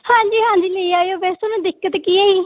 ਹਾਂਜੀ ਹਾਂਜੀ ਲੈ ਆਇਓ ਵੈਸੇ ਤੁਹਾਨੂੰ ਦਿੱਕਤ ਕੀ ਹੈ ਜੀ